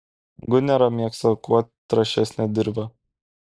gunera mėgsta kuo trąšesnę dirvą